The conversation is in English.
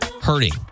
hurting